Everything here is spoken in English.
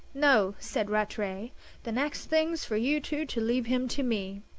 no, said rattray the next thing's for you two to leave him to me.